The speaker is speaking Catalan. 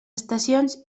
estacions